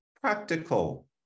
practical